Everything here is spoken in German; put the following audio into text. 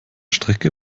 strecke